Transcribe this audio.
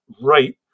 right